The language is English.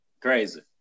Crazy